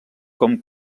com